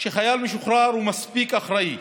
שחייל משוחרר הוא מספיק אחראי.